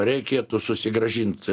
reikėtų susigrąžint